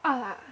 (uh huh)